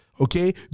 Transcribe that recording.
okay